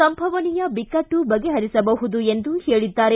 ಸಂಭವನೀಯ ಬಿಕ್ಕಟ್ಟು ಬಗೆಹರಿಸಬಹುದು ಎಂದು ಹೇಳಿದ್ದಾರೆ